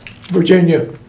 virginia